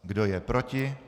Kdo je proti?